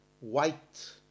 White